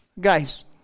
Guys